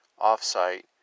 off-site